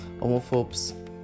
Homophobes